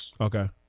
Okay